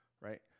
right